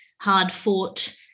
hard-fought